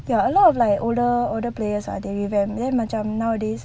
ya a lot of like older older players ah they revamp then macam nowadays